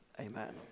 amen